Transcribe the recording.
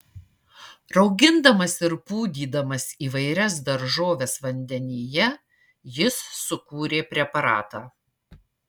raugindamas ir pūdydamas įvairias daržoves vandenyje jis sukūrė preparatą